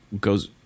goes